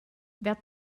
wer